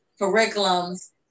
curriculums